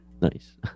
Nice